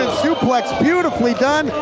suplex beautifully done!